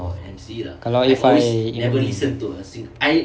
kalau if I